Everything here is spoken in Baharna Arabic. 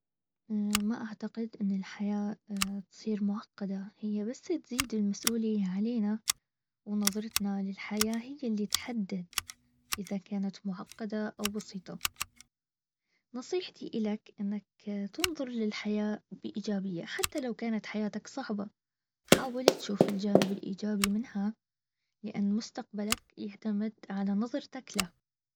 اما اعتقد ان الحياة اتصير معقدة. هي بس تزيد المسؤولية علينا. ونظرتنا للحياة هي اللي تحدد. اذا كانت معقدة او بسيطة. نصيحتي لك انك تنظر للحياة بايجابية. حتى لو كانت حياتك صعبة. حاول تشوف الجانب الايجابي منها لان مستقبلك يعتمد على نظرتك له